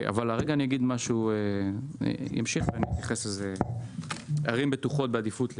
נושא נוסף זה ערים בטוחות בעדיפות לפריפריה,